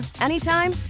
anytime